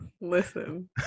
Listen